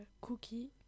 Cookie